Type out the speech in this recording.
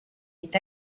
est